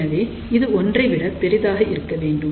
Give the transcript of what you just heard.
எனவே இது ஒன்றைவிட பெரிதாக இருக்க வேண்டும்